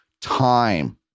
time